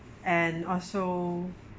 and also